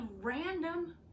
random